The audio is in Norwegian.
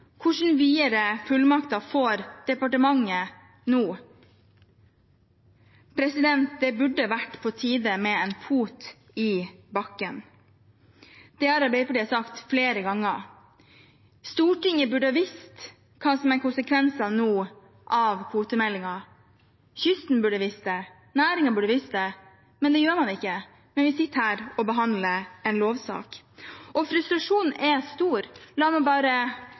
videre fullmakter får departementet nå? Det burde være på tide med en fot i bakken. Det har Arbeiderpartiet sagt flere ganger. Stortinget burde nå visst hva som er konsekvensene av kvotemeldingen. Kysten burde visst det, næringen burde visst det, men man gjør ikke det – og vi behandler her en lovsak. Frustrasjonen er stor. La meg